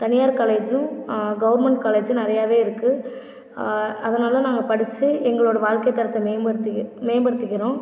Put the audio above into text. தனியார் காலேஜும் கௌர்மென்ட் காலேஜும் நிறையாவே இருக்குது அதனாலே நாங்கள் படிச்சு எங்களோடய வாழ்க்கை தரத்தை மேம்படுத்தி மேம்படுத்திக்கிறோம்